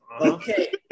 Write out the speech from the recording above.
Okay